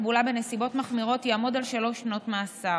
תחבולה בנסיבות מחמירות יעמוד על שלוש שנות מאסר,